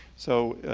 so,